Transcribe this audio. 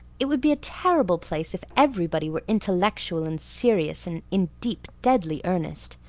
it would be a terrible place if everybody were intellectual and serious and in deep, deadly earnest.